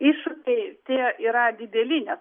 iššūkiai tie yra dideli nes